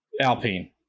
alpine